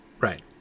right